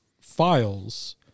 files